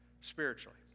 spiritually